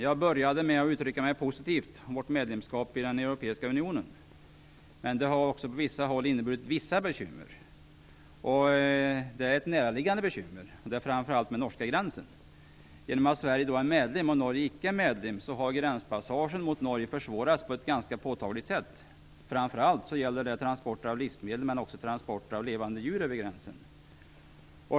Jag började med att uttrycka mig positivt om vårt medlemskap i den europeiska unionen. Men detta har också på en del håll inneburit vissa bekymmer. Det finns då ett näraliggande bekymmer, och det gäller framför allt norska gränsen. Genom att Sverige är medlem och Norge icke är medlem har gränspassagen mot Norge försvårats på ett ganska påtagligt sätt. Framför allt gäller det transporter av livsmedel men också transporter av levande djur över gränsen.